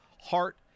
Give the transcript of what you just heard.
heart